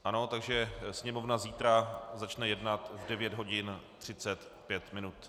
Ano, takže Sněmovna zítra začne jednat v 9 hodin 35 minut.